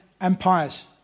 empires